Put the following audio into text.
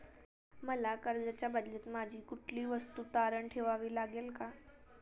मला कर्जाच्या बदल्यात माझी कुठली वस्तू तारण ठेवावी लागेल का?